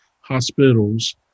hospitals